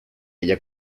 ella